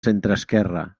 centreesquerra